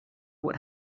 what